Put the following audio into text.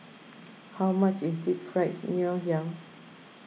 how much is Deep Fried Ngoh Hiang